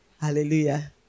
Hallelujah